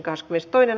asia